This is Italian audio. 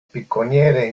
picconiere